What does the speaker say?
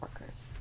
workers